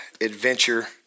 adventure